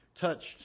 Touched